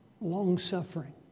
Long-suffering